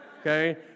okay